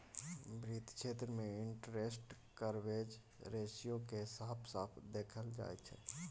वित्त क्षेत्र मे इंटरेस्ट कवरेज रेशियो केँ साफ साफ देखाएल जाइ छै